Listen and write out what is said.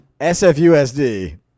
SFUSD